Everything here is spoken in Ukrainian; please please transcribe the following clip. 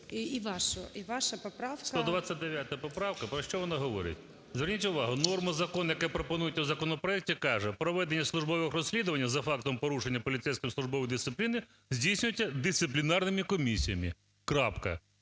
КУПРІЄНКО О.В. 129 поправка, про що вона говорить? Зверніть увагу, норма закону, яку пропонують у законопроекті, каже "проведення службових розслідувань за фактом порушення поліцейським службової дисципліни, здійснюється дисциплінарними комісіями". Крапка.